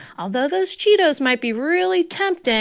although those cheetos might be really tempting.